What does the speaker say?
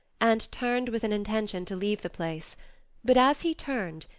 and turned with an intention to leave the place but as he turned,